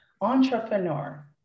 entrepreneur